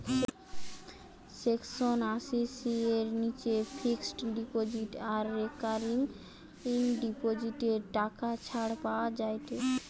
section আশি C এর নিচে ফিক্সড ডিপোজিট আর রেকারিং ডিপোজিটে টাকা ছাড় পাওয়া যায়েটে